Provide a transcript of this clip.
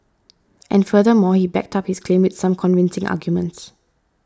and furthermore he backed up his claim with some convincing arguments